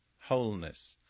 wholeness